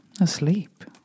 asleep